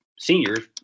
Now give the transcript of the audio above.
Seniors